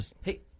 Hey